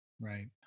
right